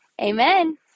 amen